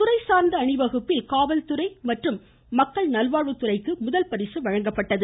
துறைசார்ந்த அணிவகுப்பில் காவல்துறை மற்றும் மக்கள் நல்வாழ்வுத்துறைக்கு முதல் பரிசு வழங்கப்பட்டது